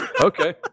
okay